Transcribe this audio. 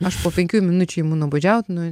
aš po penkių minučių imu nuobodžiaut nu